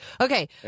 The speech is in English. Okay